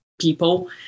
people